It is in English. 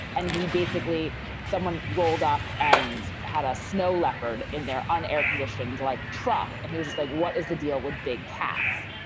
and he basically someone rolled up and had a snow leopard in their unair conditions like truck. and he were just like, what is the deal with big cats?